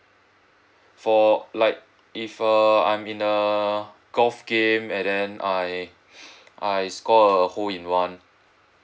for like if err I'm in a golf game and then I I score a hole in one